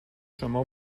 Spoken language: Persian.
شما